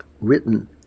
written